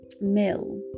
Mill